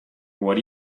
what